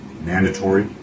mandatory